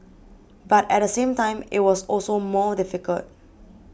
but at the same time it was also more difficult